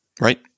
right